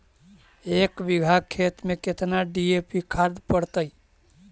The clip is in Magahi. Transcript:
एक बिघा खेत में केतना डी.ए.पी खाद पड़तै?